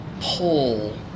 pull